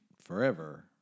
forever